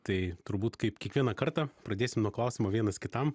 tai turbūt kaip kiekvieną kartą pradėsim nuo klausimo vienas kitam